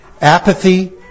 apathy